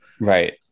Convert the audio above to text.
Right